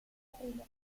aprile